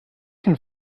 can